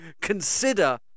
consider